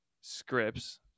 scripts